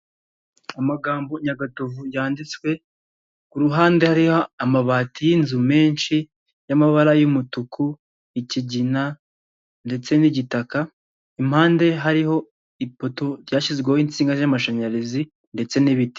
Amagambo Nyagatovu yanditswe ku ruhande hariho amabati y'inzu menshi y'amabara y'umutuku, ikigina ndetse n'igitaka, impande hariho ipoto ryashyizweho insinga z'amashanyarazi ndetse n'ibiti.